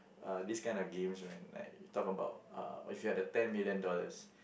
uh these kind of games when like that talk about uh if you had ten million dollars